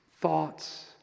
thoughts